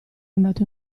andato